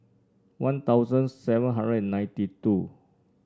One Thousand seven hundred and ninety two